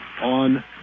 on